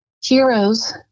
Heroes